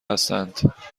هستند